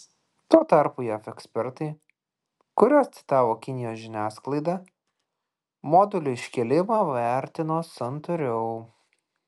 tuo tarpu jav ekspertai kuriuos citavo kinijos žiniasklaida modulio iškėlimą vertino santūriau